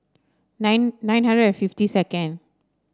nine nine hundred and fifty second